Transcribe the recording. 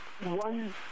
one